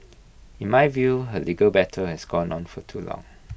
in my view her legal battle has gone on for too long